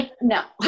no